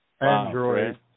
Android